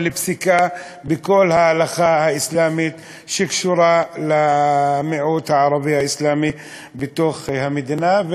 לפסיקה בכל ההלכה האסלאמית שקשורה למיעוט הערבי האסלאמי במדינה.